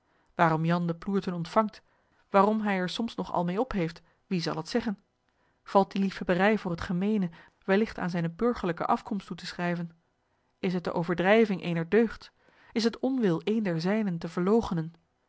waarom jan de ploerten ontvangt waarom hij er soms nog al meê op heeft wie zal het zeggen valt die liefhebberij voor het gemeene welligt aan zijne burgerlijke afkomst toe te schrijven is het de overdrijving eener deugd is het onwil een der zijnen te verloochenen